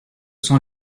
sont